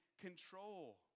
control